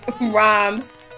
rhymes